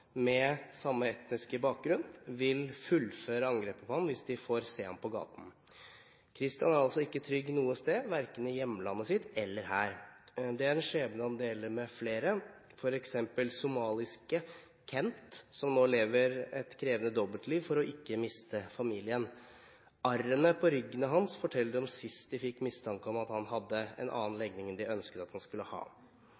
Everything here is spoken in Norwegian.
med samme etniske bakgrunn, vil fullføre angrepet på ham hvis de får se ham på gaten. Kristian er altså ikke trygg noe sted, verken i hjemlandet sitt eller her. Det er en skjebne han deler med flere, f.eks. somaliske «Kent», som nå lever et krevende dobbeltliv for ikke å miste familien. Arrene på ryggen hans forteller om sist de fikk mistanke om at han hadde en annen